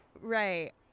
Right